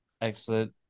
Excellent